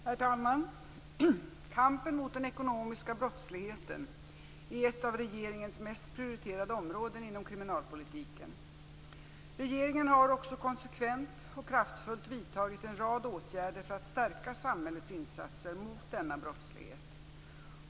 Herr talman! Kampen mot den ekonomiska brottsligheten är ett av regeringens mest prioriterade områden inom kriminalpolitiken. Regeringen har också konsekvent och kraftfullt vidtagit en rad åtgärder för att stärka samhällets insatser mot denna brottslighet.